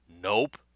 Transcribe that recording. Nope